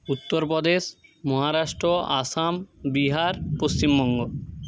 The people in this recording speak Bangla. উত্তরপ্রদেশ মহারাষ্ট্র আসাম বিহার পশ্চিমবঙ্গ